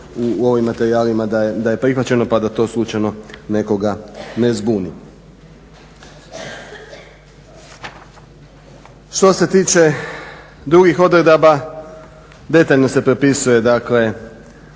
u ovim materijalima da je prihvaćeno pa da to slučajno nekoga ne zbuni. Što se tiče drugih odredaba, detaljno se propisuje dakle